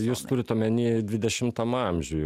jūs turit omeny dvidešimtam amžiuj